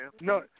No